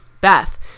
Beth